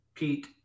Pete